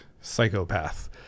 psychopath